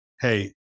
hey